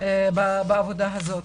בעבודה הזאת.